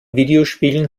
videospielen